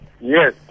yes